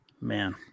Man